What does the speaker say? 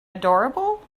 adorable